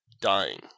dying